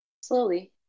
Slowly